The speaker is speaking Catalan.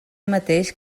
mateix